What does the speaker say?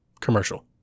commercial